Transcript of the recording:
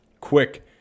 quick